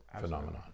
phenomenon